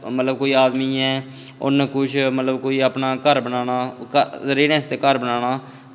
मतलब कोई आदमी ऐ उन्न कुछ कोई मतलब घर बनाना ऐ तां रौह्ने आस्तै घर बनाना ऐ